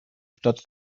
stadt